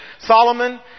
Solomon